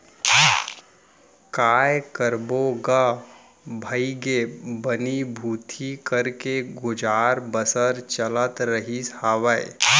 काय करबो गा भइगे बनी भूथी करके गुजर बसर चलत रहिस हावय